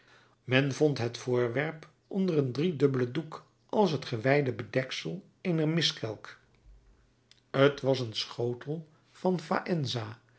men vond het voorwerp onder een driedubbelen doek als het gewijde bedeksel eener miskelk t was een schotel van